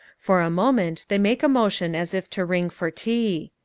for a moment they make a motion as if to ring for tea.